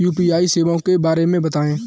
UPI सेवाओं के बारे में बताएँ?